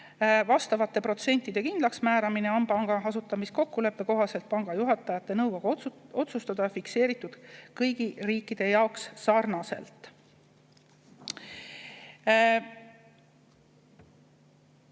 Vastavate protsentide kindlaksmääramine on panga asutamiskokkuleppe kohaselt panga juhatajate nõukogu otsustada, need on fikseeritud kõigi riikide jaoks sarnaselt.